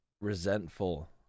resentful